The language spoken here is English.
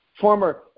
former